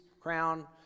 crown